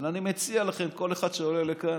אבל אני מציע לכם, כל אחד שעולה לכאן,